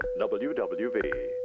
WWV